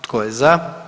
Tko je za?